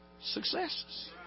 Successes